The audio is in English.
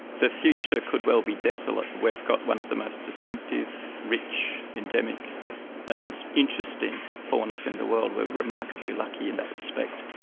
the future could well be desolate. we've got one of the most distinctive, rich, endemic and interesting faunas in the world, we are remarkably lucky in that respect.